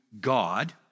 God